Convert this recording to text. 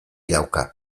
dauka